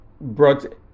brought